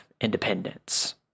independence